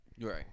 Right